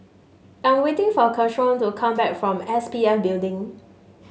I'm waiting for Keshaun to come back from S P F Building